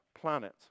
planet